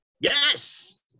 Yes